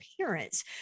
parents